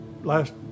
Last